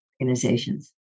organizations